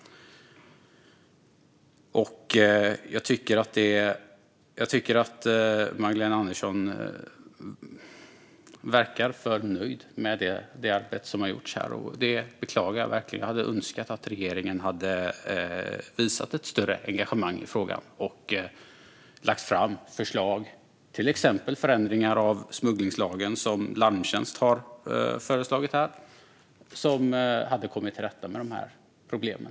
Jag tycker att Magdalena Andersson verkar vara för nöjd med det arbete som har gjorts. Det beklagar jag verkligen. Jag hade önskat att regeringen hade visat ett större engagemang i frågan och lagt fram förslag på till exempel förändringar av smugglingslagen, som Larmtjänst har föreslagit. Då skulle man kunna komma till rätta med problemen.